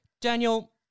Daniel